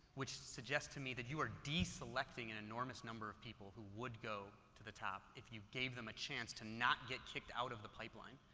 which suggestions to me that you are deselecting an enormous amount of people who would go to the top if you gave them a chance to not get kicked out of the pipeline.